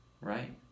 right